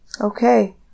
Okay